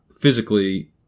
physically